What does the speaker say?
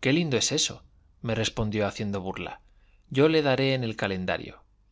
qué lindo es eso me respondió haciendo burla yo le daré en el calendario y